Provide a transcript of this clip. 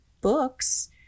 books